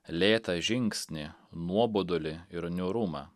lėtą žingsnį nuobodulį ir niūrumą